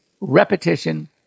repetition